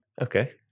Okay